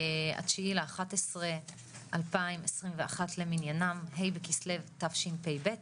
ה- 9.11.2021 למניינם , ה' בכסלו תשפ"ב,